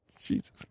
Jesus